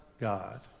God